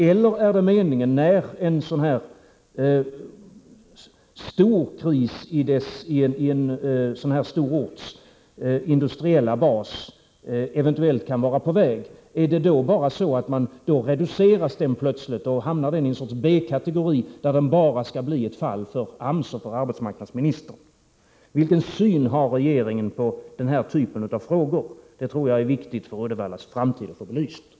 Eller är det så att man, när en kris i en sådan här stor orts industriella bas eventuellt kan vara på väg, bara reducerar den orten helt plötsligt, så att den hamnar i någon sorts B-kategori, som bara skall bli ett fall för AMS och arbetsmarknadsministern? Vilken syn har regeringen på den här typen av frågor? Jag tror att det är viktigt för Uddevallas framtid att få detta belyst.